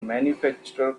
manufacturer